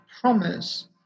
promise